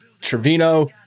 Trevino